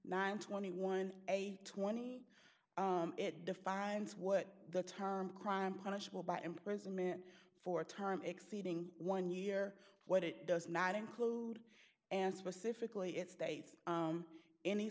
nine twenty one eight twenty it defines what the term crime punishable by imprisonment for time exceeding one year what it does not include and specifically it states